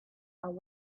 and